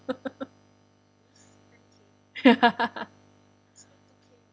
ya